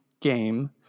game